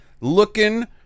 looking